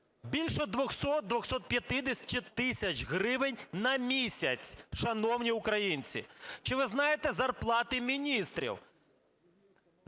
Більше 200-250 тисяч гривень на місяць, шановні українці. Чи ви знаєте зарплати міністрів?